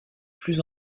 plus